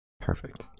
Perfect